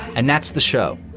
and that's the show.